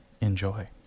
Enjoy